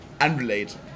Unrelated